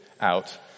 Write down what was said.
out